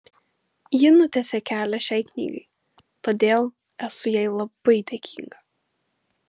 ji nutiesė kelią šiai knygai todėl esu jai labai dėkinga